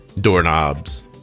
doorknobs